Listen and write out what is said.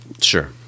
Sure